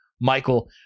Michael